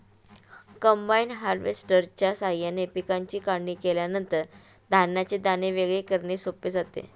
combine हार्वेस्टरच्या साहाय्याने पिकांची काढणी केल्यानंतर धान्याचे दाणे वेगळे करणे सोपे जाते